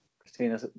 Christina